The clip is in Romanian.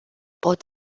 pot